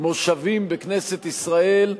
מושבים בכנסת ישראל,